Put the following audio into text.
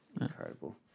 incredible